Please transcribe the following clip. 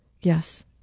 Yes